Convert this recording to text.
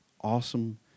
awesome